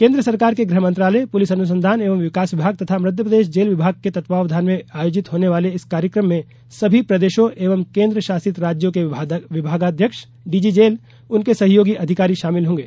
केन्द्र सरकार के गृह मंत्रालय पुलिस अनुसंधान एवं विकास विभाग तथा मध्यप्रदेश जेल विभाग के तत्वधान में आयोजित होने वाले इस कार्यक्रम में सभी प्रदेशों एवं केन्द्र शासित राज्यों के विभागाध्यक्ष डीजी जेल उनके सहयोगी अधिकारी शामिल होंगे